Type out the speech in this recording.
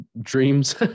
dreams